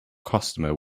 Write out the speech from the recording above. customer